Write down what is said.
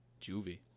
juvie